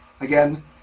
again